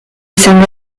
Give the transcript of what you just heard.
recent